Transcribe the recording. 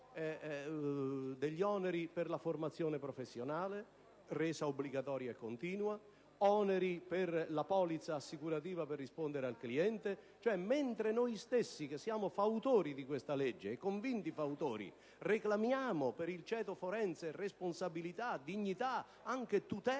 oneri per la formazione professionale, resa obbligatoria e continua, e oneri per la polizza assicurativa al fine di rispondere al cliente. Mentre noi stessi, convinti fautori di questa legge, reclamiamo per il ceto forense responsabilità, dignità, ed anche tutele